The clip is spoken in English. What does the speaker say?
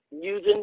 using